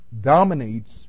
dominates